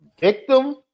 victim